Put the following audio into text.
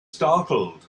startled